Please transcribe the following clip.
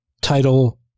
title